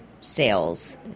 sales